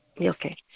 Okay